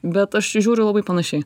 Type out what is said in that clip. bet aš žiūriu labai panašiai